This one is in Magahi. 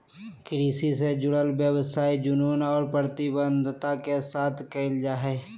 कृषि से जुडल व्यवसाय जुनून और प्रतिबद्धता के साथ कयल जा हइ